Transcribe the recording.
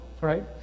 right